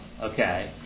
okay